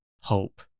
hope